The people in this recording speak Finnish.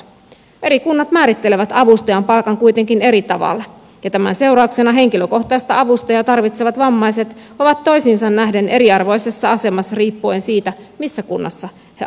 eri kunnat määrittelevät avustajan palkan kuitenkin eri tavalla ja tämän seurauksena henkilökohtaista avustajaa tarvitsevat vammaiset ovat toisiinsa nähden eriarvoisessa asemassa riippuen siitä missä kunnassa he asuvat